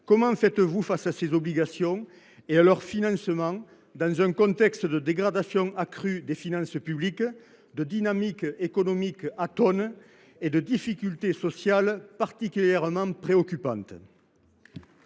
comment faites vous face à ces obligations et à leur financement dans un contexte de dégradation accrue des finances publiques, de dynamique économique atone et de difficultés sociales particulièrement préoccupantes ?